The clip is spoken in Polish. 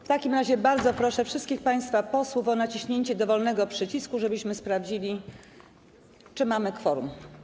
W takim razie bardzo proszę wszystkich państwa posłów o naciśnięcie dowolnego przycisku, żebyśmy sprawdzili, czy mamy kworum.